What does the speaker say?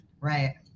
Right